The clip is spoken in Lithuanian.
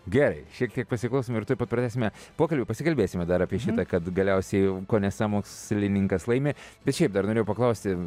gerai šiek tiek pasiklausom ir tuoj pat pratęsime pokalbį pasikalbėsime dar apie šimtą kad galiausiai kone sąmokslininkas laimi bet šiaip dar norėjau paklausti